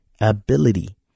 ability